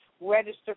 register